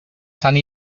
sant